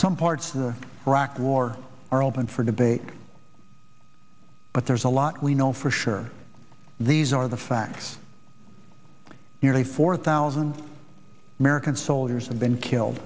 some parts of the iraq war are open for debate but there's a lot we know for sure these are the facts nearly four thousand american soldiers have been killed